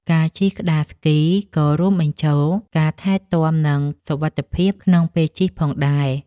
ការជិះក្ដារស្គីក៏រួមបញ្ចូលការថែទាំ និងសុវត្ថិភាពក្នុងពេលជិះផងដែរ។